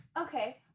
Okay